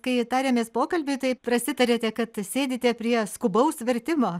kai tarėmės pokalbiui tai prasitarėte kad sėdite prie skubaus vertimo